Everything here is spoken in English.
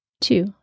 Two